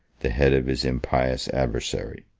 the head of his impious adversary.